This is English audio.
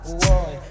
boy